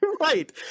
Right